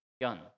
gun